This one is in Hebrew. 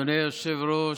אדוני היושב-ראש,